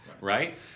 right